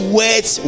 words